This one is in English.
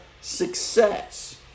success